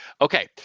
Okay